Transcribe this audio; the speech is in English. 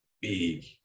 big